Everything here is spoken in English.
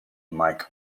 mike